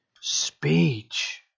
speech